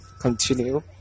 continue